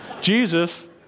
Jesus